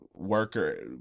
worker